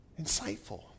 Insightful